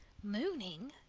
mooning.